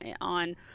on